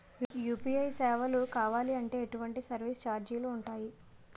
UPI సేవలను కావాలి అంటే ఎటువంటి సర్విస్ ఛార్జీలు ఉంటాయి?